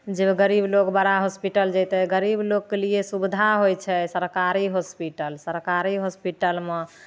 जे गरीब लोक बड़ा हॉस्पिटल जेतै गरीब लोकके लिए सुविधा होइ छै सरकारी हॉस्पिटल सरकारी हॉस्पिटलमे